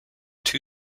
two